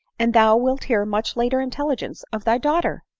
and thou wilt hear much later intelligence of thy daughter.